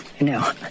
no